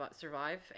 survive